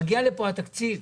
מגיע לפה התקציב.